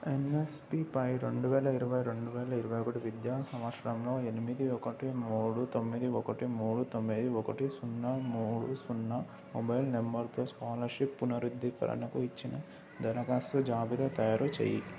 ఎన్ఎస్పిపై రెండు వేల ఇరవై రెండు వేల ఇరవై ఒకటి విద్యా సంవత్సరంలో ఎనిమిది ఒకటి మూడు తొమ్మిది ఒకటి మూడు తొమ్మిది ఒకటి సున్నా మూడు సున్నా మొబైల్ నంబర్తో స్కాలర్షిప్ పునరుద్ధీకరణకు ఇచ్చిన దరఖాస్తు జాబితా తయారు చెయ్యి